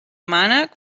mànec